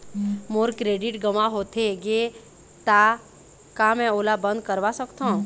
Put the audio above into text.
मोर credit गंवा होथे गे ता का मैं ओला बंद करवा सकथों?